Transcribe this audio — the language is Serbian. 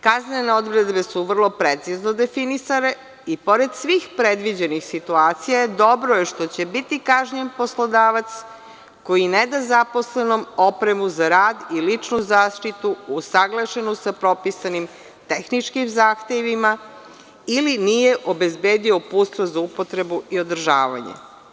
Kaznene odredbe su vrlo precizno definisane i pored svih predviđenih situacija dobro je što će biti kažnjen poslodavac koji ne da zaposlenom opremu za rad i ličnu zaštitu usaglašenu sa propisanim tehničkim zahtevima ili nije obezbedio uputstvo za upotrebu i održavanje.